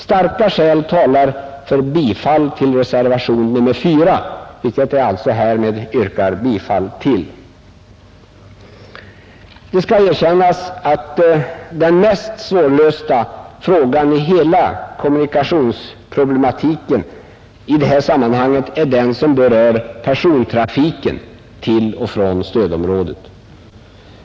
Starka skäl talar för bifall till reservationen 4, till vilken jag härmed yrkar bifall. Det skall erkännas, att den mest svårlösta frågan i hela kommunikationsproblematiken i det här sammanhanget är den som berör persontrafiken till och från stödområdet.